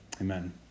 Amen